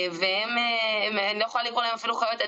אני רוצה להגיד מילה לסיום ואני רוצה שתהיו בשקט,